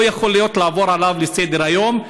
לא יכולים לעבור עליו לסדר-היום.